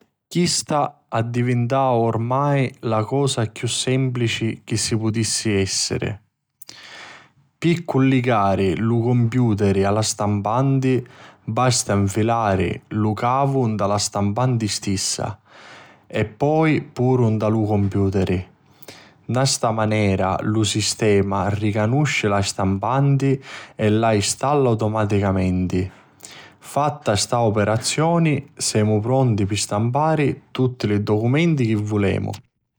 Chista addivintau ormai la cosa chiù semplici chi ci putissi essiri. Pi culligari lu compiuteri a la stampanti basta nfilari lu cavu nta la stampanti stissa e poi puru nta lu compiuteri, nta sta manera lu sistema ricanusci la stampanti e la installa automaticamenti. Fatta sta operazioni semu pronti pi stampari tutti li documenti chi vulemu.